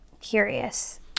curious